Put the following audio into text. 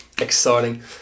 exciting